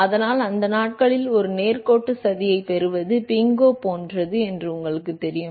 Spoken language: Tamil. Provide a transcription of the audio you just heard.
அதனால் அந்த நாட்களில் ஒரு நேர்கோட்டு சதியைப் பெறுவது பிங்கோ போன்றது என்பது உங்களுக்குத் தெரியும்